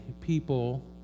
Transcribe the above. people